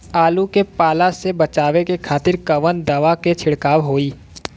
आलू के पाला से बचावे के खातिर कवन दवा के छिड़काव होई?